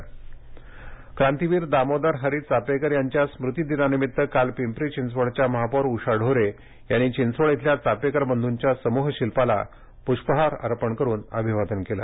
चापेकर स्मृतिदिन क्रांतीवीर दामोदर हरी चापेकर यांच्या स्मृतीदिनानिमित्त काल पिंपरी चिंचवडच्या महापौर उषा ढोरे यांनी चिंचवड इथल्या चापेकर बंधूंच्या समूह शिल्पास प्ष्पहार अर्पण करून अभिवादन केले